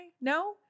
no